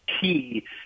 key